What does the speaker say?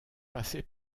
passer